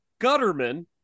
Gutterman